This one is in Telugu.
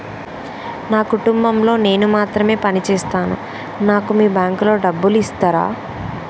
నా కుటుంబం లో నేను మాత్రమే పని చేస్తాను నాకు మీ బ్యాంకు లో డబ్బులు ఇస్తరా?